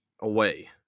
away